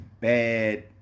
bad